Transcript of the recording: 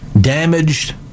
damaged